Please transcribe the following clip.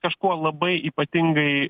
kažkuo labai ypatingai